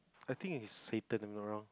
I think is Satan if I'm not wrong